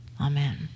Amen